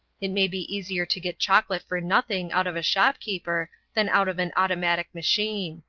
it may be easier to get chocolate for nothing out of a shopkeeper than out of an automatic machine.